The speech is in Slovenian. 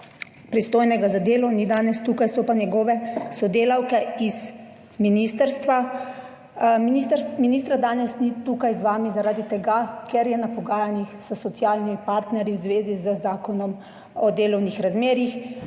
pristojnega za delo, ni danes tukaj, so pa njegove sodelavke z ministrstva – ministra danes ni tukaj z vami zaradi tega, ker je na pogajanjih s socialnimi partnerji v zvezi z Zakonom o delovnih razmerjih.